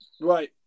Right